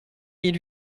mille